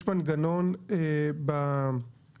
יש מנגנון מובנה,